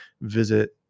visit